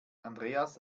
andreas